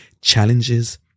challenges